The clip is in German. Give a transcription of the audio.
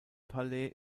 palais